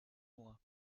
mois